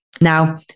Now